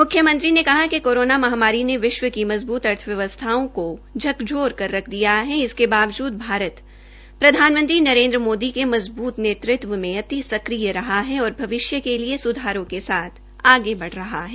म्ख्यमंत्री ने कहा कि कोरोना महामारी ने विश्व के मज़बूत अर्थव्यवस्थाओं को झकझोर कर रख दिया है इसके बावजूद भारत प्रधानमंत्री नरेन्द्र मोदी के मज़बूत नेतृत्व में अति सक्रिय रहा और भविष्य के लिए सुधारों के साथ बढ़ रहा है